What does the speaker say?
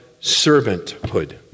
Servanthood